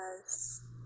yes